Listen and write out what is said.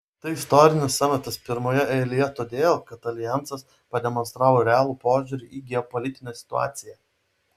tai istorinis samitas pirmoje eilėje todėl kad aljansas pademonstravo realų požiūrį į geopolitinę situaciją